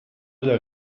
der